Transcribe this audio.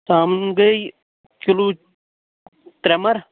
ژامَن گٔے کِلوٗ ترٛےٚ مَرٕ